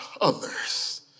others